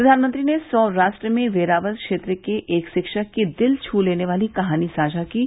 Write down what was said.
प्रधानमंत्री ने सौराष्ट्र में वेरावल क्षेत्र के एक शिक्षक की दिल को छू लेने वाली कहानी साझा की है